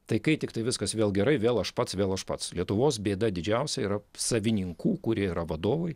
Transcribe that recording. tai kai tiktai viskas vėl gerai vėl aš pats vėl aš pats lietuvos bėda didžiausia yra savininkų kurie yra vadovai